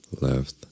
left